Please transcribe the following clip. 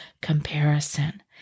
comparison